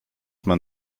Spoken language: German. man